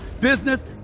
business